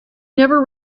never